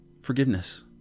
forgiveness